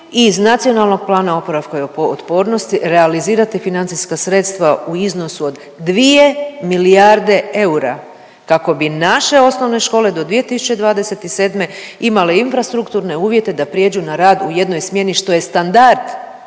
iz Nacionalnog plana oporavka i otpornosti realizirati financijska sredstva u iznosu od 2 milijarde eura kako bi naše osnovne škole do 2027. imale infrastrukturne uvjete da prijeđu na rad u jednoj smjeni što je standard